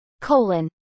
Colon